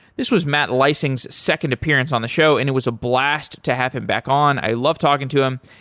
this was matt leising's second appearance on the show and it was a blast to have him back on. i love talking to him.